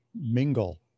mingle